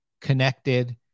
connected